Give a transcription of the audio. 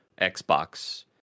Xbox